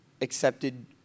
accepted